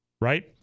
right